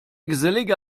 gesellige